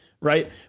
right